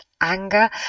anger